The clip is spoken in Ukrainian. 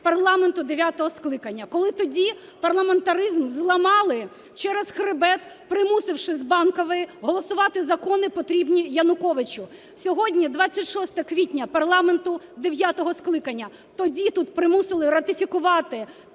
парламенту дев'ятого скликання, коли тоді парламентаризм зламали через хребет, примусивши з Банкової, голосувати закони, потрібні Януковичу. Сьогодні "26 квітня" парламенту дев'ятого скликання, тоді тут примусили ратифікувати